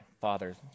Father